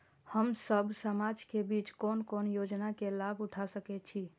हम सब समाज के बीच कोन कोन योजना के लाभ उठा सके छी?